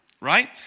right